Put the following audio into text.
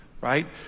right